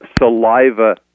saliva